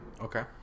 Okay